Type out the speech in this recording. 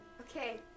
Okay